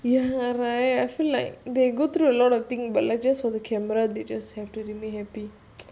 ya right I feel like they go through a lot of thing but like just for the camera they just have to remain happy